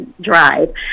drive